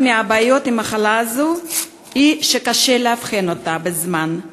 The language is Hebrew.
הבעיות עם המחלה הזאת היא שקשה לאבחן אותה בזמן.